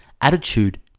attitude